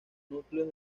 núcleos